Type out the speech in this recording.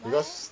because